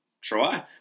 try